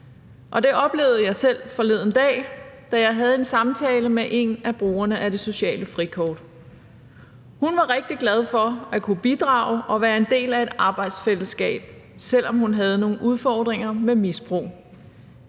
Det oplevede jeg selv forleden dag, da jeg havde en samtale med en af brugerne af det sociale frikort. Hun var rigtig glad for at kunne bidrage og være en del af et arbejdsfællesskab, selv om hun havde nogle udfordringer med misbrug.